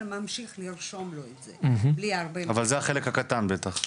אלא ממשיך לרשום לו את זה אבל זה החלק הקטן בטח.